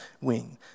wing